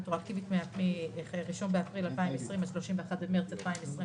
רטרואקטיבית מה-1 באפריל 2020 עד 31 במרס 2021,